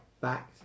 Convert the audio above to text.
back